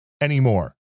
anymore